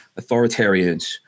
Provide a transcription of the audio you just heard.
authoritarians